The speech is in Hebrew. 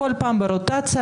כל פעם יהיה ברוטציה,